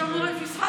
חשבנו שאולי פספסנו.